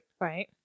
right